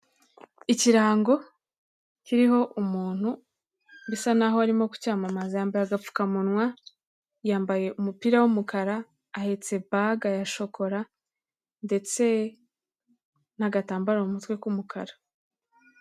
Ikirango kiriho umuntu usa naho arimo kucyamamaza, yambaye agapfukamunwa, yambaye umupira w'umukara ahetse ibaga ya shokora ndetse'agatambaro mu mutwe k'umukara.